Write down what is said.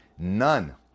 None